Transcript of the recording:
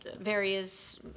various